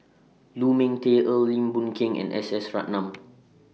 Lu Ming Teh Earl Lim Boon Keng and S S Ratnam